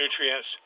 nutrients